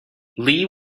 lee